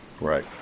Right